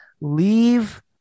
leave